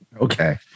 okay